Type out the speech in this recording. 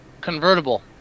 Convertible